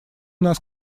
нас